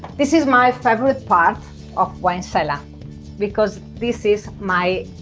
this is my favorite part of wine cellar because this is my